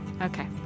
okay